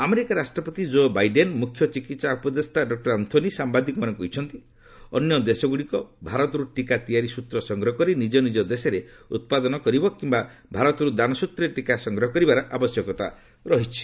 America ରାଷ୍ଟ୍ରପତି Joe Biden ମୁଖ୍ୟ ଚିକିତ୍ସା ଉପଦେଷ୍ଟା ଡକୁର ଆନ୍ଥୋନ ସାମ୍ବାଦିକମାନଙ୍କୁ କହିଛନ୍ତି ଅନ୍ୟ ଦେଶଗୁଡ଼ିକ ଭାରତରୁ ଟିକା ତିଆରି ସ୍ନତ୍ର ସଂଗ୍ରହ କରି ନିକ ନିଜ ଦେଶରେ ଉତ୍ପାଦନ କରିବ କିୟା ଭାରତରୁ ଦାନ ସ୍ୱତ୍ରରେ ଟିକା ସଂଗ୍ରହ କରିବାର ଆବଶ୍ୟକତା ରହିଛି